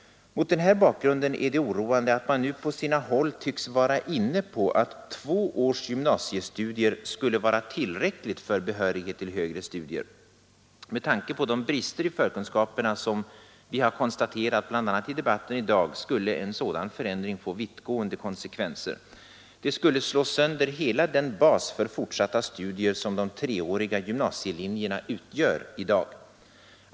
Mot den här bakgrunden är det oroande att man nu på sina håll tycks vara inne på att två års gymnasiestudier skulle vara tillräckligt för behörighet till högre studier. Med tanke på de brister i förkunskaperna som vi har konstaterat bl.a. i debatten i dag skulle en sådan förändring få vittgående konsekvenser. Den skulle slå sönder hela den bas för fortsatta studier som de treåriga gymnasielinjerna utgör i dag.